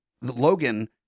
Logan